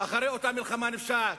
אחרי אותה מלחמה נפשעת.